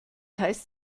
heißt